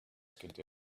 continued